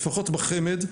לפחות בחמ"ד,